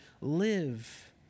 live